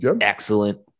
excellent